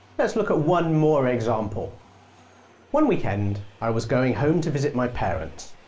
let's look at one more example one weekend, i was going home to visit my parents.